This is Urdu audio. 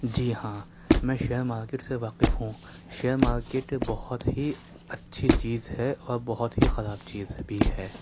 جی ہاں میں شیئر مارکیٹ سے واقف ہوں شیئر مارکیٹ بہت ہی اچھی چیز ہے اور بہت ہی خراب چیز بھی ہے